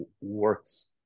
works